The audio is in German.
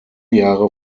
jahre